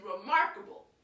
remarkable